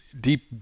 deep –